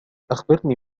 أخبرني